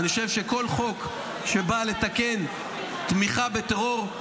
אני חושב שכל חוק שבא לתקן תמיכה בטרור,